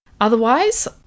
Otherwise